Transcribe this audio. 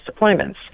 deployments